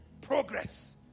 Progress